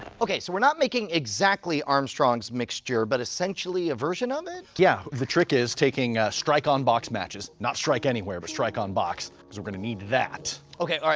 okay, so we're not making exactly armstrong's mixture, but essentially a version of it. yeah, the trick is taking strike-on-box matches, not strike anywhere, but strike-on-box, because we're going to need that. okay, all right,